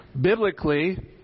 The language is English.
Biblically